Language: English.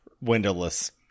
windowless